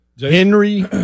Henry